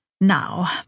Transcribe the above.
Now